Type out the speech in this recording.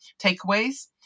takeaways